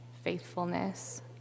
faithfulness